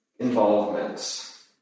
involvements